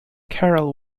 carol